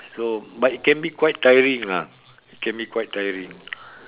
so but it can be quite tiring lah it can be quite tiring